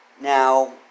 Now